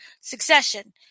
Succession